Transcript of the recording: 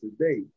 today